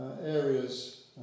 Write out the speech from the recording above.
areas